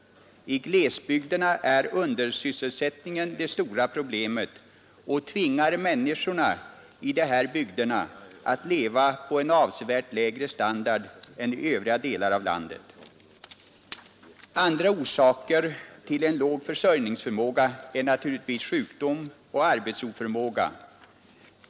I glesbygderna är undersysselsättningen det stora problemet, och den tvingar människorna i dessa bygder att leva på en avsevärt lägre standard än människorna i övriga delar av landet. Andra orsaker till en låg försörjningsförmåga är naturligtvis sjukdom och arbetsoförmåga.